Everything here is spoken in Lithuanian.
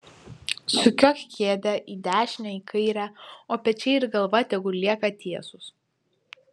sukiok kėdę į dešinę į kairę o pečiai ir galva tegul lieka tiesūs